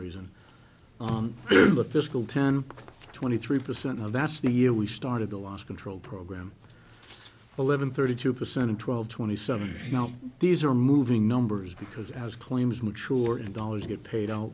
reason on the fiscal ten twenty three percent now that's the year we started the last control program eleven thirty two percent in twelve twenty seven these are moving numbers because as claims mature in dollars get paid out